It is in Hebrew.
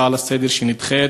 הצעה לסדר-היום שנדחית,